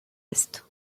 esto